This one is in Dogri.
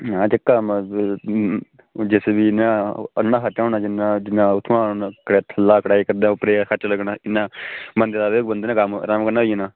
हां कीता कम्म हून जे सी बी जियां अन्ना खर्चा होना जिन्ना जिन्ना उत्थुआं थल्ला कढाई कड्ढो उप्परै खर्चा लग्गना इन्ना कम्म राम कन्नै होई जाना